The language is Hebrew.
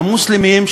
המוסלמים,